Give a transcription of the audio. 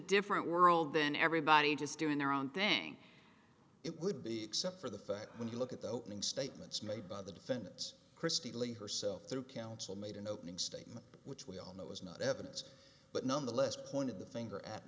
different world than everybody just doing their own thing it would be except for the fact when you look at the opening statements made by the defendants kristy lee herself through counsel made an opening statement which we all know was not evidence but nonetheless pointed the finger at